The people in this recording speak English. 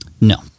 No